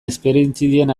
esperientzien